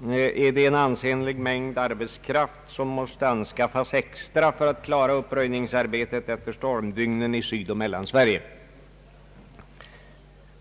måste en ansenlig mängd extra arbetskraft anskaffas för att klara uppröjningsarbetet efter stormdygnen i Sydoch Mellansverige.